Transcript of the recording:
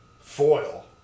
foil